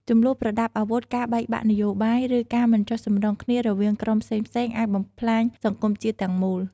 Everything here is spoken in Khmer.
ជម្លោះប្រដាប់អាវុធ ការបែកបាក់នយោបាយ ឬការមិនចុះសម្រុងគ្នារវាងក្រុមផ្សេងៗ អាចបំផ្លាញសង្គមជាតិទាំងមូល។